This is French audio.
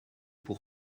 pour